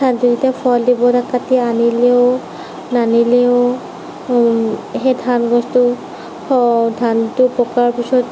ফলবিলাক কাটি আনিলেও নানিলেও সেই ধানগছটো সেই ধানটো পকাৰ পিছত